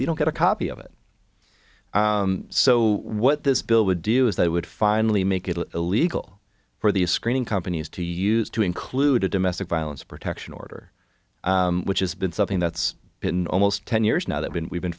they don't get a copy of it so what this bill would do is they would finally make it illegal for these screening companies to use to include a domestic violence protection order which has been something that's been almost ten years now that when we've been